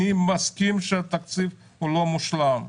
אני מסכים שהתקציב הוא לא מושלם.